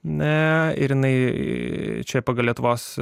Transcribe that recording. na ir jinai čia pagal lietuvos